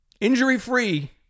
Injury-free